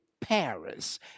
Paris